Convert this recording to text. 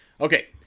Okay